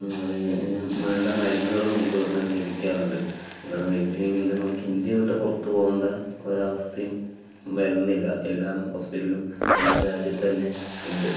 അതെ വേണ്ട മരുന്നുകളും നമുക്ക് ഇവിടെ നിന്ന് തന്നെ ലഭിക്കാറുണ്ട് ഇവിടെ നിന്ന് ലഭിച്ചില്ല എങ്കിൽ നമുക്ക് ഇന്ത്യ വിട്ട് പുറത്ത് പോകേണ്ട ഒരു അവസ്ഥയും വരുന്നില്ല എല്ലാം ഹോസ്പിറ്റലും നമ്മുടെ രാജ്യത്ത് തന്നെ ഉണ്ട്